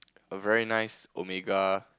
a very nice omega